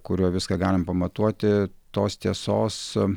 kuriuo viską galim pamatuoti tos tiesos